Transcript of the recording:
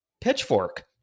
Pitchfork